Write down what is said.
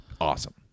awesome